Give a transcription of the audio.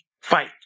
Fight